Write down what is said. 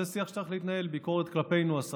זה שיח שצריך להתנהל, ביקורת כלפינו, השרים,